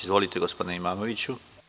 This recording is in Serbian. Izvolite, gospodine Imamoviću.